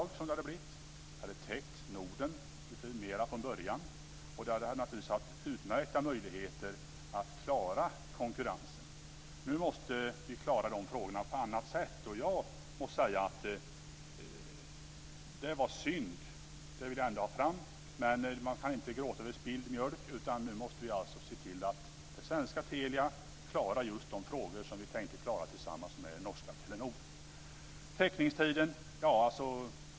Det hade täckt Norden från början, och det hade naturligtvis haft utmärkta möjligheter att klara konkurrensen. Nu måste vi klara de frågorna på annat sätt. Jag måste säga att det var synd att det inte blev så. Det vill jag ändå ha fram. Men man kan inte gråta över spilld mjölk, utan nu måste vi alltså se till att det svenska Telia klarar just de frågor som vi tänkte klara tillsammans med norska Telenor.